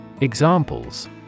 Examples